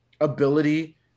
ability